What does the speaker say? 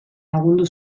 lagundu